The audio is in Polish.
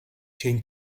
cień